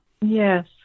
yes